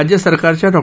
राज्य सरकारच्या डॉ